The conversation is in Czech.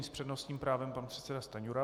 Nyní s přednostním právem pan předseda Stanjura.